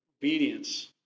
obedience